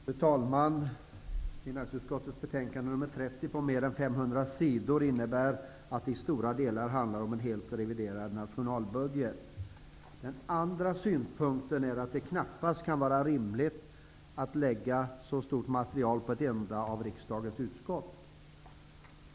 Fru talman! Finansutskottets betänkande 30 på mer än 500 sidor handlar i stora delar om en helt reviderad nationalbudget. Det kan knappast vara rimligt att lägga ett så stort material på ett enda av riksdagens utskott.